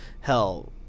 Hell